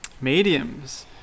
mediums